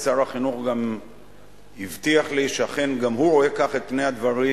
ושר החינוך גם הבטיח לי שאכן גם הוא רואה כך את פני הדברים,